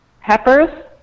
Peppers